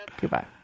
Goodbye